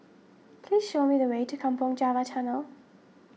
please show me the way to Kampong Java Tunnel